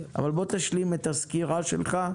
תשלים את הסקירה שלך,